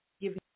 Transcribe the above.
give